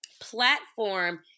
platform